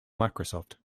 microsoft